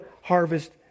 harvest